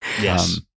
Yes